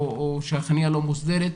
או שהחניה לא מוסדרת,